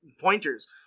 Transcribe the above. pointers